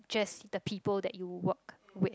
just the people that you work with